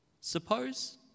suppose